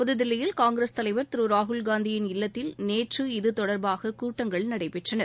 புதுதில்லியில் காங்கிரஸ் தலைவர் திரு ராகுல்காந்தியின் இல்லத்தில் நேற்று இதுதொடர்பாக கூட்டங்கள் நடைபெற்றன